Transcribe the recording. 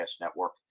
Network